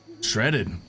shredded